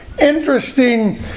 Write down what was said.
interesting